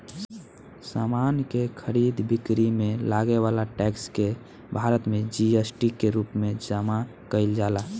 समान के खरीद बिक्री में लागे वाला टैक्स के भारत में जी.एस.टी के रूप में जमा कईल जाला